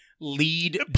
lead